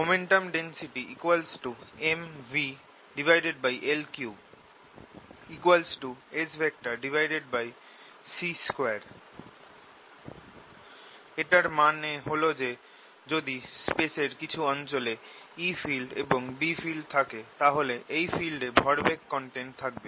Momentum density MvL3 Sc2 এটার মানে হল যে যদি স্পেস এর কিছু অঞ্চলে E ফিল্ড এবং B ফিল্ড থাকে তাহলে এই ফিল্ড এ ভরবেগ কনটেন্ট থাকবে